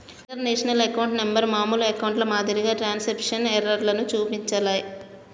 international account number మామూలు అకౌంట్ల మాదిరిగా ట్రాన్స్క్రిప్షన్ ఎర్రర్లను చూపించలే